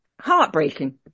heartbreaking